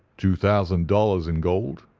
two thousand dollars in gold,